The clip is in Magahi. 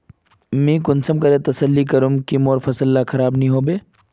मुई कुंसम करे तसल्ली करूम की मोर फसल ला खराब नी होबे?